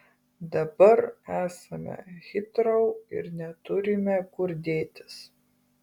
dabar esame hitrou ir neturime kur dėtis